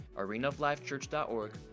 arenaoflifechurch.org